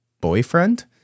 boyfriend